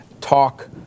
talk